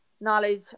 knowledge